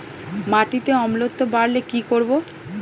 মাটিতে অম্লত্ব বাড়লে কি করব?